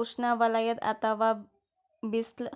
ಉಷ್ಣವಲಯದ್ ಅಥವಾ ಬಿಸ್ಲ್